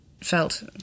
felt